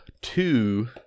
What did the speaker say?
two